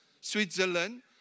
Switzerland